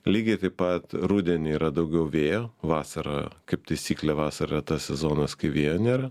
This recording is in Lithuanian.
lygiai taip pat rudenį yra daugiau vėjo vasara kaip taisyklė vasara tas sezonas kai vėjo nėra